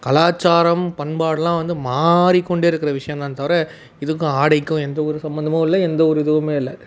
கலாச்சாரம் பண்பாடுலாம் வந்து மாறிக்கொண்டே இருக்கிற விஷயம் தானே தவிர இதுக்கும் ஆடைக்கும் எந்த ஒரு சம்மந்தமும் இல்லை எந்த ஒரு இதுவும் இல்லை